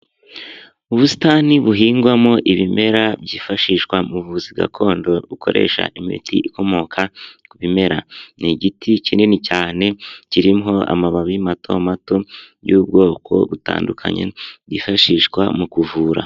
Ubusitani buhingwamo ibimera byifashishwa muvuzi gakondo bukoresha imiti ikomoka ku bimera ni igiti kinini cyane kirimo amababi mato mato y'ubwoko butandukanye bwifashishwa mu kuvura.